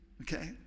okay